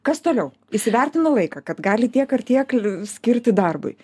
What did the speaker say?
kas toliau įsivertino laiką kad gali tiek ar tiek skirti darbui